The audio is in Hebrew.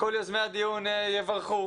כל יוזמי הדיון יברכו,